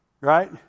Right